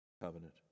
covenant